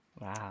Wow